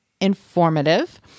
informative